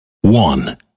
one